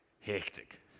hectic